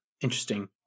Interesting